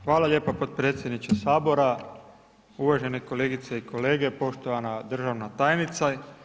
Hvala lijepa podpredsjedniče Sabora, uvažene kolegice i kolege, poštovana državna tajnice.